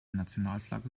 nationalflagge